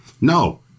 no